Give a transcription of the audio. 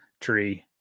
tree